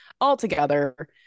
altogether